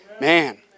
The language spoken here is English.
Man